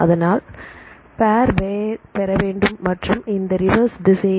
அதனால் பேர் பெறவேண்டும் மற்றும் இந்த ரிவர்ஸ் திசையையும்